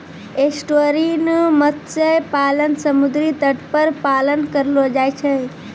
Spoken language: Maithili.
एस्टुअरिन मत्स्य पालन समुद्री तट पर पालन करलो जाय छै